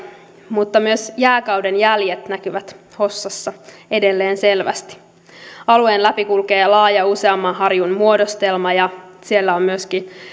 mutta myös jääkauden jäljet näkyvät hossassa edelleen selvästi alueen läpi kulkee laaja useamman harjun muodostelma ja siellä on myöskin